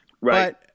Right